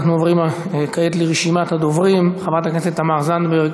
אנחנו עוברים כעת לרשימת הדוברים: חברת הכנסת תמר זנדברג,